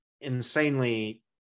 insanely